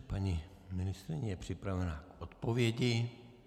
Paní ministryně je připravena k odpovědi.